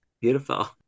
Beautiful